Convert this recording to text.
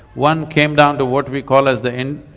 one came down to what we call as the in,